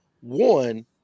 one